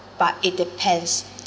but it depends